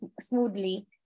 smoothly